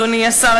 אדוני השר,